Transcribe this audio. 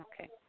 Okay